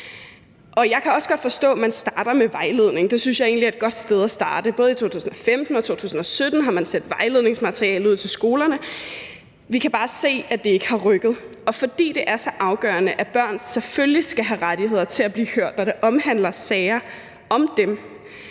Jeg kan også godt forstå, at man starter med vejledning; det synes jeg egentlig er et godt sted at starte. Både i 2015 og i 2017 har man sendt vejledningsmateriale ud til skolerne, men vi kan bare se, at det ikke har rykket, og fordi det er så afgørende, at børn selvfølgelig skal have rettigheder til at blive hørt, når det omhandler sager om dem,